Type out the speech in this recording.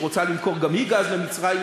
שרוצה גם היא למכור גז למצרים,